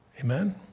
Amen